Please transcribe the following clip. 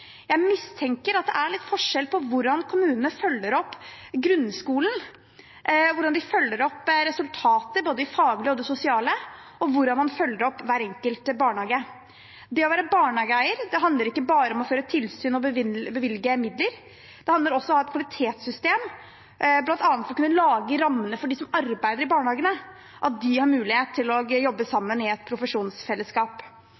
Jeg mistenker at det er litt forskjell på hvordan kommunene følger opp grunnskolen, hvordan de følger opp resultater, både de faglige og de sosiale, og hvordan de følger opp hver enkelt barnehage. Det å være barnehageeier handler ikke bare om å føre tilsyn og bevilge midler, det handler også om å ha et kvalitetssystem, bl.a. for å kunne lage rammene for dem som arbeider i barnehagene, at de har mulighet til å jobbe